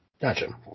Gotcha